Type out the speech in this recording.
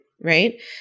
right